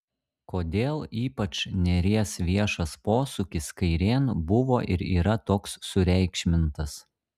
kodėl ypač nėries viešas posūkis kairėn buvo ir yra toks sureikšmintas